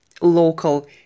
local